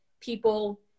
people